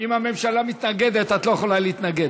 אם הממשלה מתנגדת, את לא יכולה להתנגד.